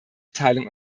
teilung